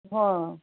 हा